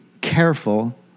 careful